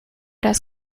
das